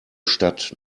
stadt